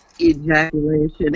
ejaculation